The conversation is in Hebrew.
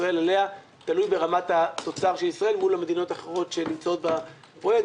תלוי ברמת התוצר של ישראל מול המדינות האחרות שנמצאות בפרויקט,